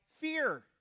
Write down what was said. fear